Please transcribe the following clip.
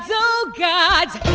so gods,